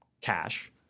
cash